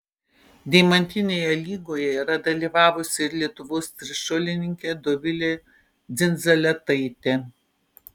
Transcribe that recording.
deimantinėje lygoje yra dalyvavusi ir lietuvos trišuolininkė dovilė dzindzaletaitė